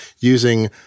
using